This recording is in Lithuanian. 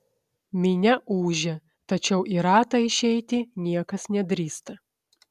minia ūžia tačiau į ratą išeiti niekas nedrįsta